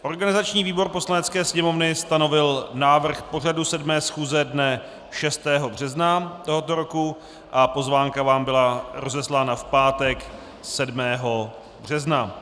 Organizační výbor Poslanecké sněmovny stanovil návrh pořadu 7. schůze dne 6. března tohoto roku a pozvánka vám byla rozeslána v pátek 7. března.